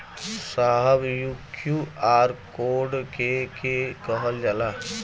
साहब इ QR code के के कहल जाला?